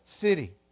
city